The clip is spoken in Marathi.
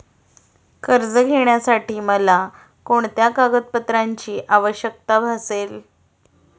कर्ज घेण्यासाठी मला कोणत्या कागदपत्रांची आवश्यकता भासेल?